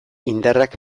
indarrak